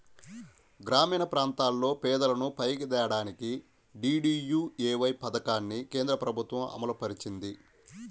గ్రామీణప్రాంతాల్లో పేదలను పైకి తేడానికి డీడీయూఏవై పథకాన్ని కేంద్రప్రభుత్వం అమలుపరిచింది